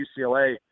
UCLA